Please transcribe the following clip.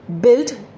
build